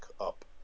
up